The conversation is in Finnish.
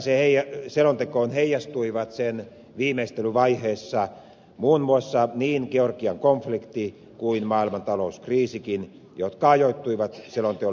tämänkertaiseen selontekoon heijastuivat sen viimeistelyvaiheessa muun muassa niin georgian konflikti kuin maailman talouskriisikin jotka ajoittuivat selonteon laadinta aikaan